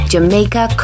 Jamaica